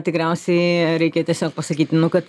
tikriausiai reikia tiesiog pasakyti nu kad